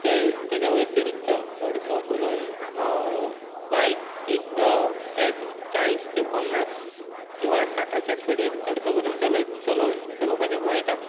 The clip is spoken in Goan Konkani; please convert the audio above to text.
ते ताज्या वैतीरिक्त चडसो करून हांव बायक एक सेट चाळीस ते पन्नास किंवा साठाच्या स्पिडीर चडसो करून चलो चलोवपाचें पळयता